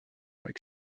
avec